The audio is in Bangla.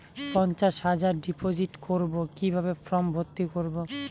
পঞ্চাশ হাজার ডিপোজিট করবো কিভাবে ফর্ম ভর্তি করবো?